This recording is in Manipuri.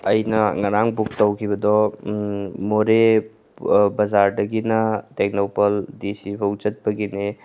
ꯑꯩꯅ ꯉꯔꯥꯡ ꯕꯨꯛ ꯇꯧꯈꯤꯕꯗꯣ ꯃꯣꯔꯦ ꯕꯖꯥꯔꯗꯒꯤꯅ ꯇꯦꯡꯅꯧꯄꯜ ꯗꯤ ꯁꯤꯐꯥꯎ ꯆꯠꯄꯒꯤꯅꯤ